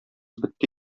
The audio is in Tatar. бетте